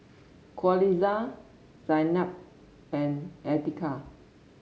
Qalisha Zaynab and Andika